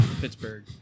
Pittsburgh